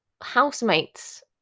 housemates